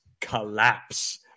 collapse